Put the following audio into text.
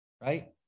right